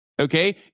Okay